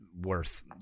worth